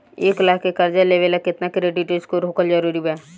एक लाख के कर्जा लेवेला केतना क्रेडिट स्कोर होखल् जरूरी बा?